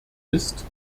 ist